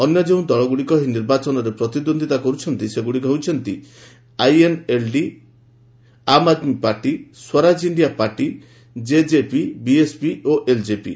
ଅନ୍ୟ ଯେଉଁ ଦଳଗୁଡ଼ିକ ଏହି ନିର୍ବାଚନରେ ପ୍ରତିଦ୍ୱନ୍ଦିତା କରୁଛନ୍ତି ସେଗୁଡ଼ିକ ହେଲା INLD Aam Aadmi party Swaraj India party JJP BSP ଓ ଏଲ୍କେପି